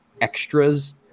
extras